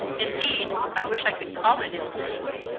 indeed, i wish i could call it ill news.